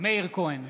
מאיר כהן,